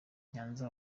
nyanza